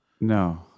No